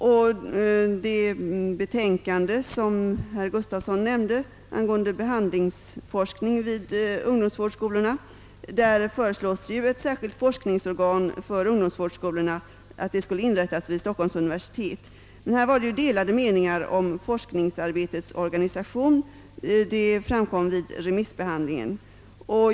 I det betänkande angående behandlingsforskningen vid ungdomsvårdsskolorna, som herr Gustavsson i Alvesta nämnde, föreslås att ett särskilt forskningsorgan för ungdomsvårdsskolorna skall inrättas vid Stockholms universitet. Bland remissinstanserna rådde delade meningar om detta forskningsarbetes organisation.